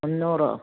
മുന്നൂറ്